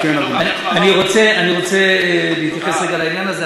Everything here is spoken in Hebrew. אני רוצה להתייחס רגע לעניין הזה,